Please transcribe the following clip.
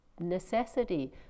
necessity